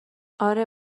آره